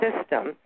system